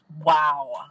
Wow